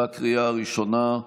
בקריאה הראשונה.